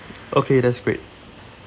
okay that's great